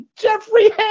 Jeffrey